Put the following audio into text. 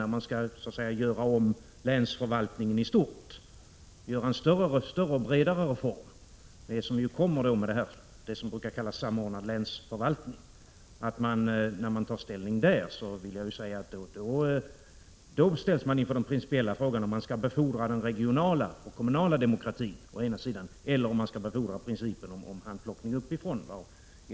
När man skall göra om länsförvaltningen i stort och genomföra en större och bredare reform, dvs. införa vad man brukar kalla samordnad länsförvaltning, då ställs man inför den principiella frågan om man å ena sidan skall befordra den regionala och kommunala demokratin eller å andra sidan gynna principen om handplockning uppifrån.